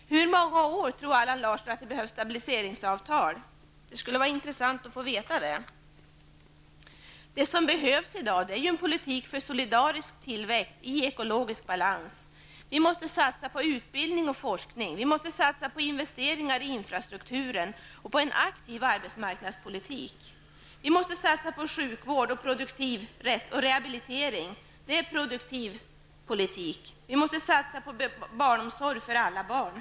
Hur många år tror Allan Larsson att det behövs stabiliseringsavtal? Det skulle vara intressant att få besked. Vad som i dag behövs är en politik som syftar till en solidarisk tillväxt i ekologisk balans. Vi måste satsa på utbildning och forskning. Vi måste satsa på investeringar i infrastrukturen och på en aktiv arbetsmarknadspolitik. Dessutom måste vi satsa på sjukvård och rehabilitiering. Det är produktiv politik. Slutligen måste vi satsa på barnomsorg för alla barn.